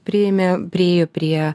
priėmė priėjo prie